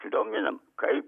sudominam kaip